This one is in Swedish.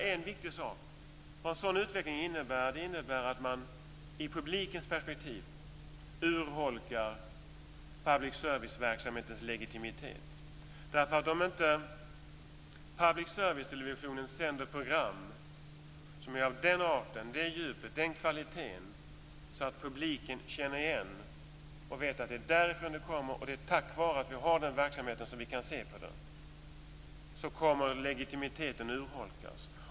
En sådan utveckling innebär i publikens perspektiv att man urholkar public service-verksamhetens legitimitet. Om inte public service-televisionen sänder program av den arten, det djupet och den kvaliteten som publiken känner igen, vet varifrån de kommer och vet att det är tack vare den verksamheten som de kan se just dessa program - så kommer legitimiteten att urholkas.